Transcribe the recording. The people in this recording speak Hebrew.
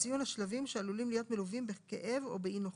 וציון השלבים שעלולים להיות מלווים בכאב או באי נוחות,